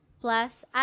Plus